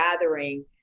gathering